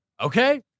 Okay